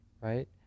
right